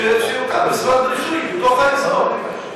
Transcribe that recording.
שיוקם משרד רישוי בתוך האזור.